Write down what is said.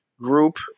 group